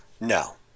no